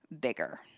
bigger